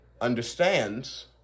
understands